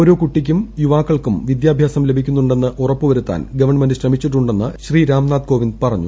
ഓരോ കുട്ടിക്കും യുവാക്കൾക്കും പ്പിദ്യാഭ്യാസം ലഭിക്കുന്നുണ്ടെന്ന് ഉറപ്പു വരുത്താൻ ഗവൺമെന്റ് ശ്രമിച്ചിട്ടുണ്ടെന്ന് രാംനാഥ് കോവിന്ദ് പറഞ്ഞു